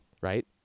Right